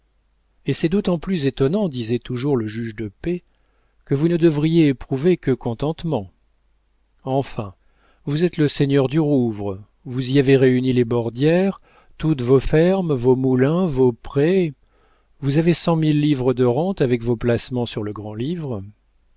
et c'est d'autant plus étonnant disait toujours le juge de paix que vous ne devriez éprouver que contentement enfin vous êtes le seigneur du rouvre vous y avez réuni les bordières toutes vos fermes vos moulins vos prés vous avez cent mille livres de rente avec vos placements sur le grand-livre